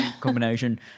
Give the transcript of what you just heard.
Combination